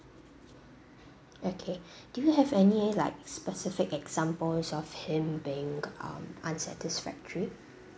okay do you have any like specific examples of him being um unsatisfactory